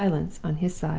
in silence, on his side,